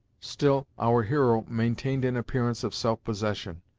still, our hero maintained an appearance of self-possession.